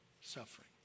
suffering